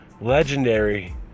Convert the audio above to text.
legendary